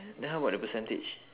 then how about the percentage